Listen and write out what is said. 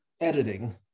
editing